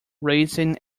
racing